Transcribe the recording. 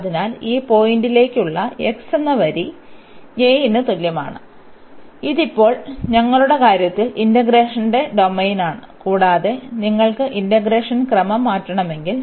അതിനാൽ ഈ പോയിന്റിലേക്കുള്ള x എന്ന വരി a ന് തുല്യമാണ് ഇത് ഇപ്പോൾ ഞങ്ങളുടെ കാര്യത്തിൽ ഇന്റഗ്രേഷന്റെ ഡൊമെയ്നാണ് കൂടാതെ നിങ്ങൾക്ക് ഇന്റഗ്രേഷൻ ക്രമം മാറ്റണമെങ്കിൽ